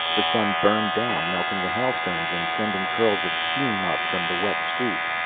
the sun burned down, melting the hailstones and sending curls of steam up from the wet street.